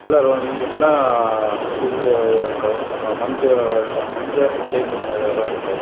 உள்ளார வந்திங்கன்னா இது இருக்கும் மஞ்ச மஞ்ச குட்டைன்னு ஒன்று இடம் இருக்கு